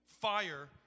Fire